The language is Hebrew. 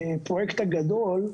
הפרויקט הגדול,